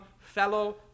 fellow